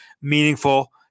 meaningful